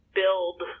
build